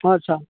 ᱟᱪᱪᱷᱟ